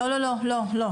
לא, לא, לא.